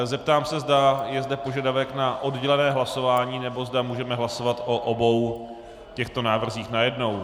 Zeptám se, zda je zde požadavek na oddělené hlasování, nebo zda můžeme hlasovat o obou těchto návrzích najednou.